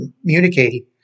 communicating